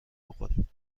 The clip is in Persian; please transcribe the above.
بخوریم